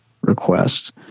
request